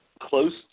close